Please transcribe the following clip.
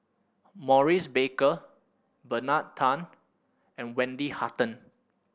Maurice Baker Bernard Tan and Wendy Hutton